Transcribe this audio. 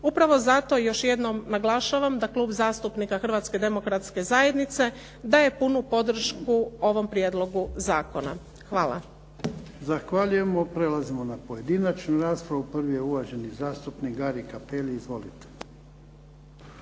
Upravo zato još jednom naglašavam da Klub zastupnika Hrvatske Demokratske Zajednice daje punu podršku ovom prijedlogu zakona. Hvala. **Jarnjak, Ivan (HDZ)** Zahvaljujemo. Prelazimo na pojedinačnu raspravu. Prvi je uvaženi zastupnik Gari Cappelli izvolite.